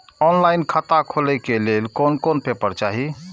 Online खाता खोले के लेल कोन कोन पेपर चाही?